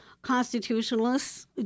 constitutionalists